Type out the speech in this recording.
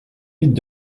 vitres